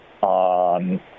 on